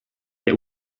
der